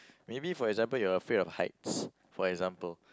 maybe for example you're afraid of heights for example